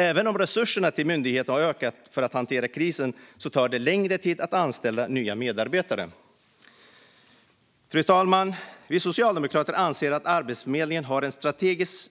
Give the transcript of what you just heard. Även om resurserna till myndigheten har ökat för att hantera krisen tar det längre tid att anställa nya medarbetare. Fru talman! Vi socialdemokrater anser att Arbetsförmedlingen har en strategisk